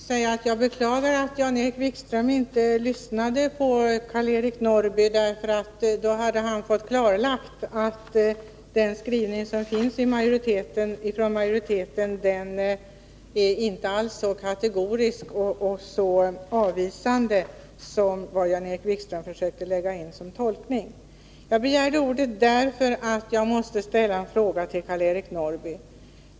Herr talman! Jag beklagar att Jan-Erik Wikström inte lyssnade på Karl-Eric Norrby, för då hade han fått klarlagt att majoritetens skrivning inte alls är så kategorisk och så avvisande som Jan-Erik Wikström försökte lägga in i sin tolkning. Jag begärde ordet därför att jag måste ställa en fråga till Karl-Eric Norrby.